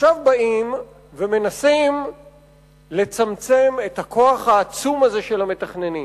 עכשיו באים ומנסים לצמצם את הכוח העצום הזה של המתכננים,